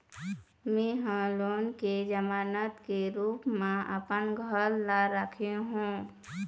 में ह लोन के जमानत के रूप म अपन घर ला राखे हों